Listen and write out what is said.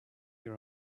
your